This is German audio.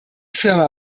firma